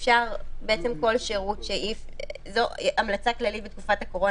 אפשר בעצם כל שירות זו המלצה כללית בתקופת הקורונה,